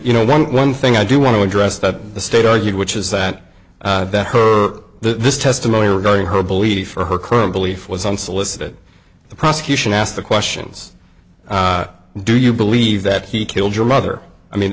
you know one thing i do want to address that the state argued which is that that her this testimony regarding her belief or her current belief was unsolicited the prosecution asked the questions do you believe that he killed your mother i mean